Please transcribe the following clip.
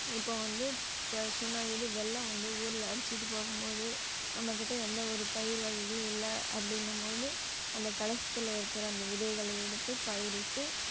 இப்போது வந்து இப்போ இது வெள்ளம் வந்து ஊரில் அடிச்சுக்கிட்டு போகும்போது நம்மக்கிட்டே எந்த ஒரு பயிர் வகைகளும் இல்லை அப்படின்னும்போது அந்த கலசத்தில் இருக்கிற அந்த விதைகளை எடுத்து பயிரிட்டு